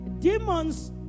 Demons